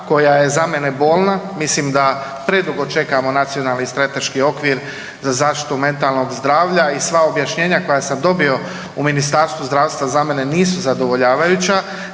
koja je za mene bolna, mislim da predugo čekamo nacionalni strateški okvir za zaštitu mentalnog zdravlja i sva objašnjenja koja sam dobio u Ministarstvu zdravstva za mene nisu zadovoljavajuća